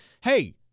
Hey